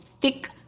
thick